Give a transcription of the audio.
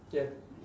ya